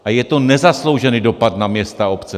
A je to nezasloužený dopad na města a obce.